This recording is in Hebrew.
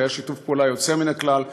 זה היה שיתוף פעולה יוצא מן הכלל,